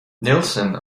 neilson